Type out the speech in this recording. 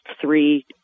three